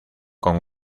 con